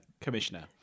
commissioner